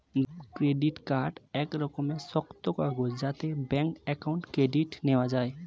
credit card এক রকমের শক্ত কাগজ যাতে ব্যাঙ্ক অ্যাকাউন্ট ক্রেডিট নেওয়া যায়